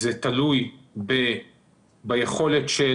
זה תלוי בהתפתחות של